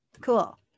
cool